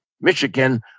Michigan